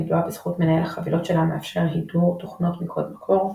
ידועה בזכות מנהל החבילות שלה המאפשר הידור תוכנות מקוד מקור.